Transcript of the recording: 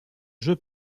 jeu